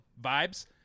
vibes